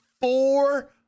Four